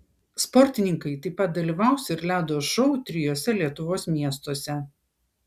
sportininkai taip pat dalyvaus ir ledo šou trijuose lietuvos miestuose